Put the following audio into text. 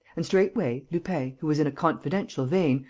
and, straightway, lupin, who was in a confidential vein,